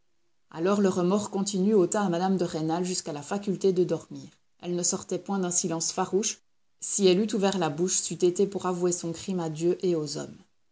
alors le remords continu ôta à mme de rênal jusqu'à la faculté de dormir elle ne sortait point d'un silence farouche si elle eût ouvert la bouche c'eût été pour avouer son crime à dieu et aux hommes